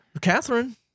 Catherine